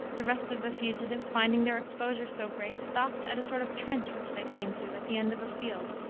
the rest of the fugitives, finding their exposure so great, stopped at a sort of trench which they came to, at the end of a field,